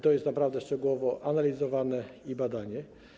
To jest naprawdę szczegółowo analizowane i badane.